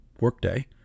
Workday